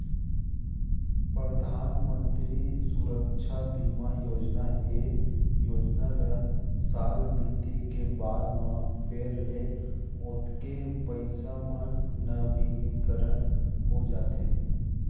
परधानमंतरी सुरक्छा बीमा योजना, ए योजना ल साल बीते के बाद म फेर ले ओतके पइसा म नवीनीकरन हो जाथे